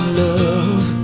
love